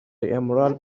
emerald